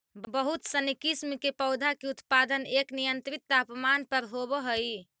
बहुत सनी किस्म के पौधा के उत्पादन एक नियंत्रित तापमान पर होवऽ हइ